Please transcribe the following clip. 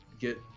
get